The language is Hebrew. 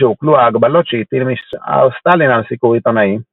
שהוקלו ההגבלות שהטיל משטר סטלין על סיקור עיתונאי.